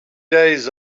days